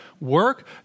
work